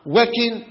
working